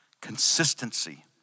Consistency